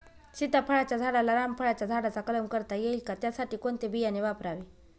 सीताफळाच्या झाडाला रामफळाच्या झाडाचा कलम करता येईल का, त्यासाठी कोणते बियाणे वापरावे?